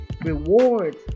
Rewards